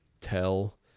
tell